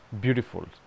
beautiful